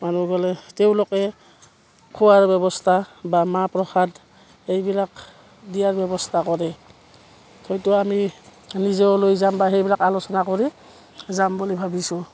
মানুহ গ'লে তেওঁলোকে খোৱাৰ ব্যৱস্থা বা মাহ প্ৰসাদ এইবিলাক দিয়াৰ ব্যৱস্থা কৰে হয়তো আমি নিজেও লৈ যাম বা সেইবিলাক আলোচনা কৰি যাম বুলি ভাবিছোঁ